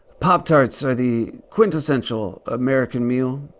pop-tarts are the quintessential american meal.